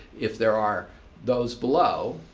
if there are those below,